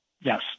Yes